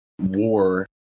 war